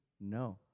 No